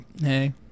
hey